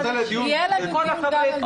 יהיה לנו דיון גם על זה.